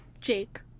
Jake